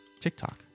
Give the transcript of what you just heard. TikTok